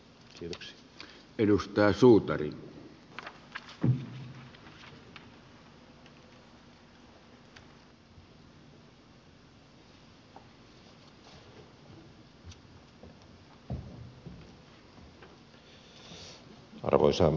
arvoisa herra puhemies